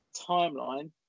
timeline